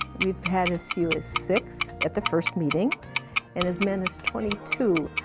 we've had as few as six at the first meeting and as many as twenty two.